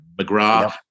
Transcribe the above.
McGrath